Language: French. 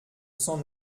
cent